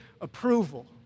approval